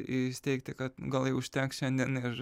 įsiteigti kad gal jau užteks šiandien ir